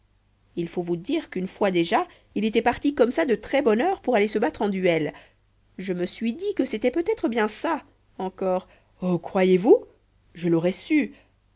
il faut vous dire qu'une fois déjà il était parti comme ça de très bonne heure pour aller se battre en duel je me suis dit que c'était peut-être bien ça encore oh croyez-vous je l'aurais su